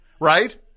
right